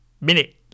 minute